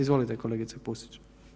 Izvolite kolegice Pusić.